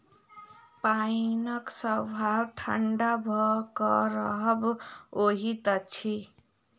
पाइनक स्वभाव ठंढा भ क रहब होइत अछि